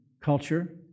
culture